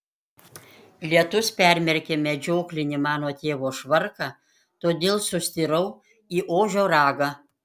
lietus permerkė medžioklinį mano tėvo švarką todėl sustirau į ožio ragą